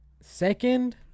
Second